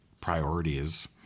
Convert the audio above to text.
priorities